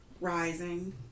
rising